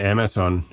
Amazon